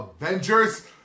Avengers